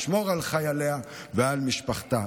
תשמור על חייליה ועל משפחתה.